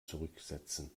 zurücksetzen